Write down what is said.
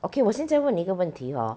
okay 我现在问你一个问题 hor